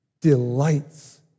delights